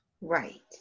Right